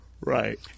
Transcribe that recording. Right